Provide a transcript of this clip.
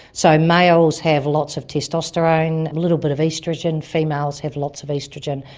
so males have lots of testosterone, a little bit of oestrogen, females have lots of oestrogen,